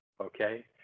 okay